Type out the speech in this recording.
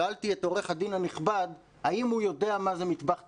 שאלתי את עורך הדין הנכבד האם הוא יודע מה זה מטבח טיפולי,